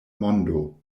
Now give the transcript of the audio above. mondo